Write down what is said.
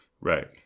Right